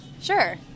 Sure